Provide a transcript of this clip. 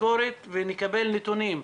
ביקורת ונקבל נתונים,